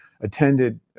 attended